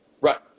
Right